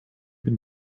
been